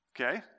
Okay